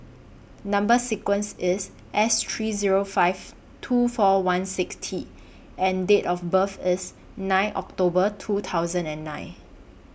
Number sequence IS S three Zero five two four one six T and Date of birth IS nine October two thousand and nine